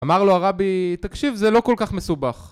אמר לו הרבי תקשיב זה לא כל כך מסובך